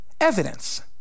evidence